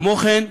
כמו כן,